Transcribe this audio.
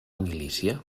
milícia